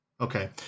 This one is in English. Okay